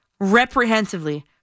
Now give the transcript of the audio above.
reprehensively